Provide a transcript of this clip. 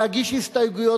או להגיש הסתייגויות.